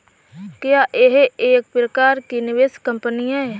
क्या यह एक प्रकार की निवेश कंपनी है?